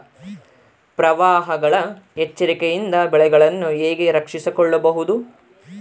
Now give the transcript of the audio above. ಪ್ರವಾಹಗಳ ಎಚ್ಚರಿಕೆಯಿಂದ ಬೆಳೆಗಳನ್ನು ಹೇಗೆ ರಕ್ಷಿಸಿಕೊಳ್ಳಬಹುದು?